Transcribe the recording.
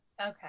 Okay